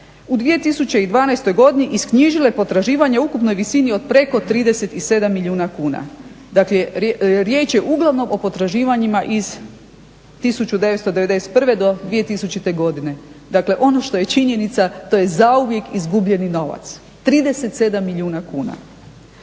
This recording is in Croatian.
u 2012.godini isknjižile potraživanja u ukupnoj visini od preko 37 milijuna kuna. dakle riječ je uglavnom o potraživanjima iz 1991.do 2000.godine. dakle ono što je činjenica to je zauvijek izgubljeni novac 37 milijuna kuna.